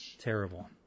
Terrible